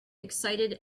excited